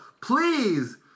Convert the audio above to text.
Please